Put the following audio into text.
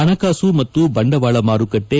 ಹಣಕಾಸು ಮತ್ತು ಬಂಡವಾಳ ಮಾರುಕಟ್ಟೆ